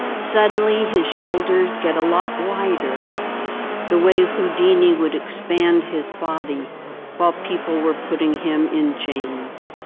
suddenly his shoulders get a lot wider the way houdini would expand his body while people were putting him in chains.